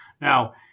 Now